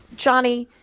johnny?